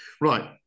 Right